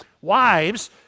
wives